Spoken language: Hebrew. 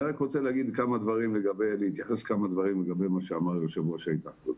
אני רוצה להתייחס למה שאמר יושב-ראש ההתאחדות.